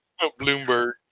Bloomberg